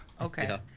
Okay